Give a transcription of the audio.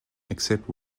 except